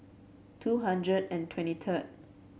two hundred and twenty third